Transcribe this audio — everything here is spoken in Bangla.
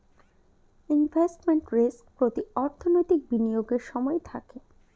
ইনভেস্টমেন্ট রিস্ক প্রতি অর্থনৈতিক বিনিয়োগের সময় থাকে